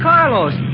Carlos